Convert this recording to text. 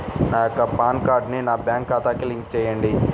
నా యొక్క పాన్ కార్డ్ని నా బ్యాంక్ ఖాతాకి లింక్ చెయ్యండి?